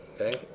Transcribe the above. okay